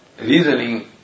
reasoning